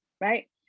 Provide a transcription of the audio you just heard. right